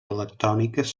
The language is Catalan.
electròniques